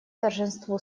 торжеству